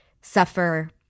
suffer